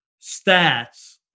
stats